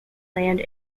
land